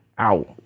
Ow